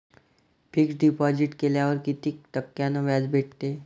Fix deposit केल्यावर कितीक टक्क्यान व्याज भेटते?